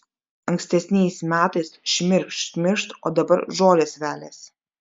ankstesniais metais šmirkšt šmirkšt o dabar žolės veliasi